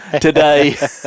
today